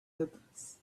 has